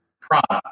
product